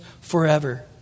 forever